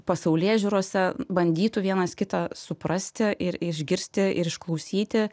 pasaulėžiūrose bandytų vienas kitą suprasti ir išgirsti ir išklausyti